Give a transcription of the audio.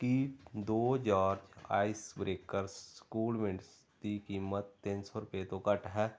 ਕੀ ਦੋ jars Ice Breakers Coolmints ਦੀ ਕੀਮਤ ਤਿੰਨ ਸੌ ਰੁਪਏ ਤੋਂ ਘੱਟ ਹੈ